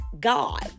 God